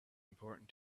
important